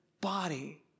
body